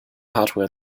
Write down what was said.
hardware